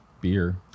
beer